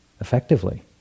effectively